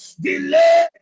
Delay